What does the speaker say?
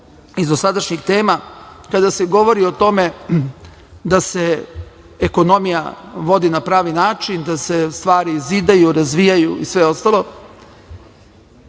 iz dosadašnjih tema, kada se govori o tome da se ekonomija vodi na pravi način, da se stvari zidaju, razvijaju i sve ostalo,